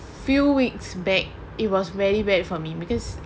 few weeks back it was very bad for me because